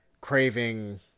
Craving